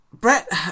Brett